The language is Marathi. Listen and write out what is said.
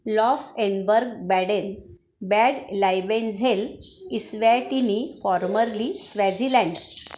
Laufenberg Baden Bad Liebenzell Eswatini formerly Swaziland